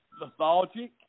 lethargic